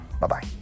Bye-bye